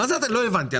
לא הבנתי,